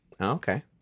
Okay